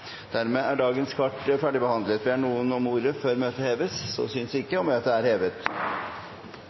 dagens kart ferdigbehandlet. Ber noen om ordet før møtet heves? – Så synes ikke, og møtet er hevet.